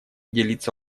делиться